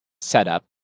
setup